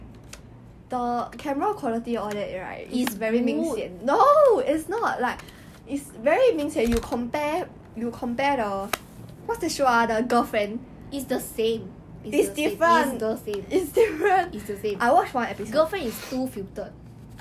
you know what's bloopers right ya the behind behind the scenes of the filming of the drama then their real voice and the voice in the show is completely different completely different 温小暖 her real voice right is 比较低